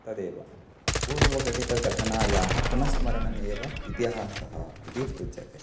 तदेव पूर्वघटित घटनायाः पुनः स्मरणम् एव इतिहासः इति उच्यते